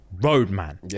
Roadman